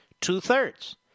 Two-thirds